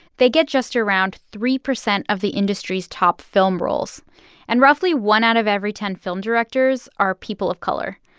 they get just around three percent of the industry's top film roles and roughly one out of every ten film directors are people of color.